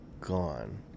gone